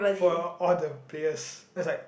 for all the players just like